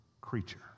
creature